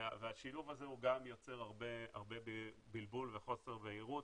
והשילוב הזה יוצר הרבה בלבול וחוסר בהירות,